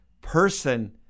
person